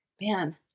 man